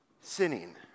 sinning